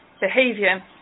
behavior